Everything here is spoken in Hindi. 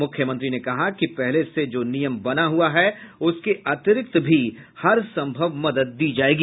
मुख्यमंत्री ने कहा कि पहले से जो नियम बना हुआ है उसके अतिरिक्त भी हर सम्भव मदद दी जायेगी